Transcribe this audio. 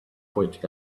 pointing